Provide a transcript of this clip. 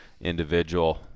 individual